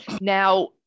Now